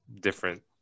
different